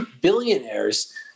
Billionaires